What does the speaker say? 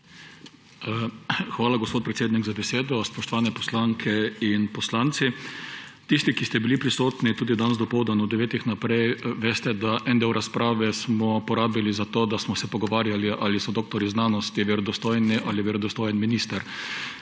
Hvala, gospod predsednik, za besedo. Spoštovane poslanke in poslanci! Tisti, ki ste bili prisotni tudi danes dopoldan od devetih naprej, veste, da smo en del razprave porabili za to, da smo se pogovarjali, ali so doktorji znanosti verodostojni ali je verodostojen minister.